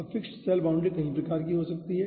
अब fixed cell boundary कई प्रकार की हो सकती हैं